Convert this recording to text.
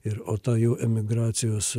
ir o tą jų emigracijos